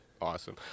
Awesome